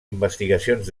investigacions